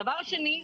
הדבר השני,